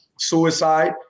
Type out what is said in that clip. Suicide